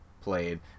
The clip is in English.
played